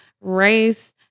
race